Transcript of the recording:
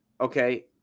okay